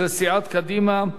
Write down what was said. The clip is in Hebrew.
של סיעת קדימה.